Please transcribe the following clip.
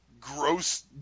gross